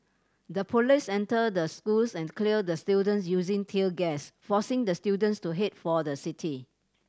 the police entered the schools and cleared the students using tear gas forcing the students to head for the city